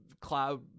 cloud